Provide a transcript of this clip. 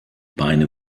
beine